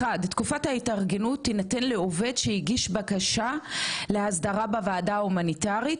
תקופת ההתארגנות תינתן לעובד שהגיש בקשה להסדרה בוועדה הומניטרית,